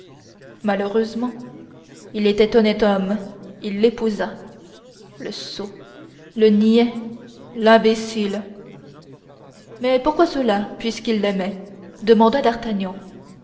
malheureusement il était honnête homme il l'épousa le sot le niais l'imbécile mais pourquoi cela puisqu'il l'aimait demanda d'artagnan